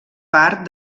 part